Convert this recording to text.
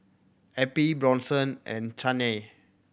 Eppie Bronson and Chaney